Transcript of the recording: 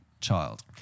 child